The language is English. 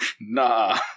nah